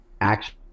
action